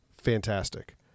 fantastic